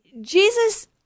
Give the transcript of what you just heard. Jesus